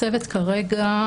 הצוות כרגע,